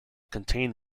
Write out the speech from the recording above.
contain